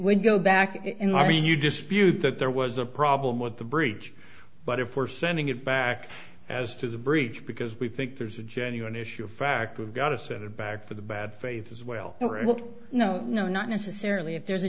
would go back in are you dispute that there was a problem with the bridge but if we're sending it back as to the bridge because we think there's a genuine issue of fact we've got to set it back for the bad faith as well no no not necessarily if there's a